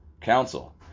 Council